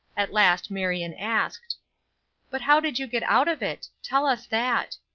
at last marion asked but how did you get out of it? tell us that.